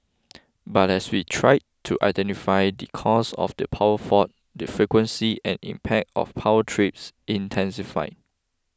but as we tried to identify the cause of the power fault the frequency and impact of power trips intensified